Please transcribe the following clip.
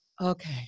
Okay